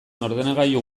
ordenagailu